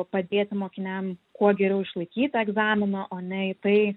padėti mokiniam kuo geriau išlaikyti egzaminą o ne į tai